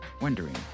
wondering